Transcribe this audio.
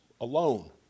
alone